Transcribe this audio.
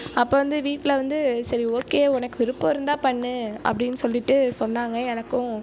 அப்போ வந்து வீட்டில் வந்து சரி ஓகே உனக்கு விருப்பம் இருந்தால் பண்ணு அப்படின்னு சொல்லிட்டு சொன்னாங்க எனக்கும்